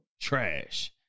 trash